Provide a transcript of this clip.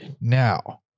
now